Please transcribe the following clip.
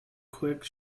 quick